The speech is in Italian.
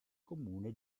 comune